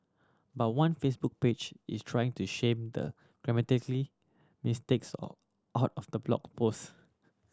but one Facebook page is trying to shame the grammatically mistakes out of the blog post